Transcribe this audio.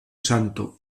santo